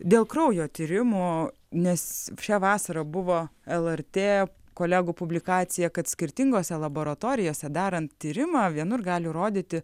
dėl kraujo tyrimų nes šią vasarą buvo lrt kolegų publikacija kad skirtingose laboratorijose darant tyrimą vienur gali rodyti